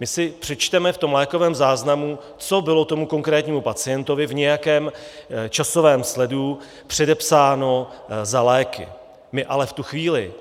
My si přečteme v lékovém záznamu, co bylo konkrétnímu pacientovi v nějakém časovém sledu předepsáno za léky, my ale v tu chvíli